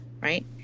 right